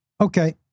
okay